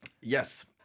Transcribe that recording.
Yes